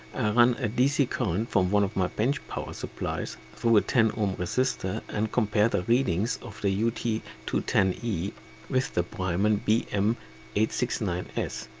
run a dc current from one of my bench power supplies through a ten ohm resistor and compare the readings of the u t two one e with the brymen b m eight six nine s.